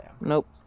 Nope